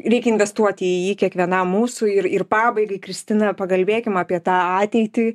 reikia investuoti į jį kiekvienam mūsų ir pabaigai kristina pakalbėkim apie tą ateitį